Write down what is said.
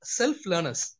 self-learners